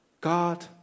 God